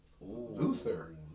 Luther